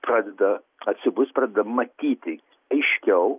pradeda atsibust pradeda matyti aiškiau